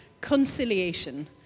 conciliation